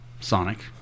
Sonic